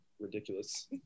ridiculous